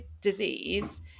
disease